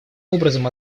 образом